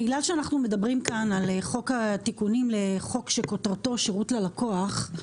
בגלל שאנחנו מדברים כאן על חוק התיקונים לחוק שכותרתו "שירות ללקוח",